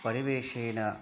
परिवेषेन